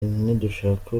ntidushaka